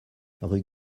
rue